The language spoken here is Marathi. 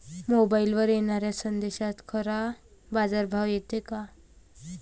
मोबाईलवर येनाऱ्या संदेशात खरा बाजारभाव येते का?